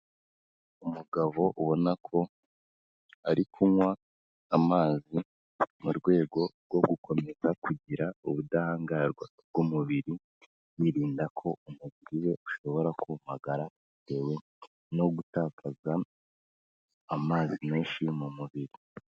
Umugabo ubona ko ari kunywa amazi mu rwego rwo gukomeza kugira ubudahangarwa bw'umubiri, wirinda ko umubiri we ushobora kumagara bitewe no gutakaza amazi menshi mu mubiri.